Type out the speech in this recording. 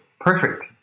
perfect